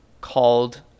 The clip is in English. called